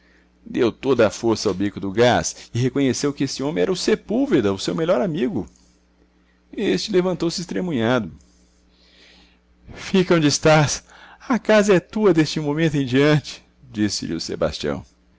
deu toda a força ao bico do gás e reconheceu que esse homem era o sepúlveda o seu melhor amigo este levantou-se extremunhado fica onde estás a casa é tua deste momento em diante disse-lhe o sebastião